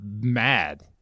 mad